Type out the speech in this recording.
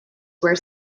were